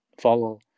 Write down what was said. follow